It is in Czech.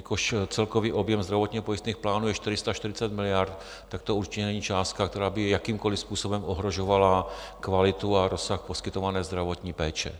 Jelikož celkový objem zdravotněpojistných plánů je 440 miliard, tak to určitě není částka, která by jakýmkoli způsobem ohrožovala kvalitu a rozsah poskytované zdravotní péče.